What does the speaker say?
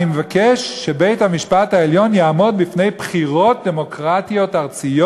אני מבקש שבית-המשפט העליון יעמוד בפני בחירות דמוקרטיות ארציות.